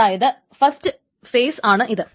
അതായത് first phase ആണ് ഇത്